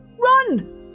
run